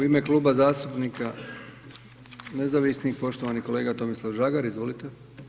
U ime Kluba zastupnika nezavisnih poštovani kolega Tomislav Žagar, izvolite.